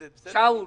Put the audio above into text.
עודד, בסדר?